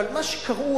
קראו,